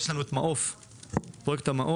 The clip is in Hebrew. יש לנו את פרויקט "מעוף"